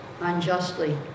unjustly